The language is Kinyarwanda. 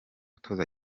utoza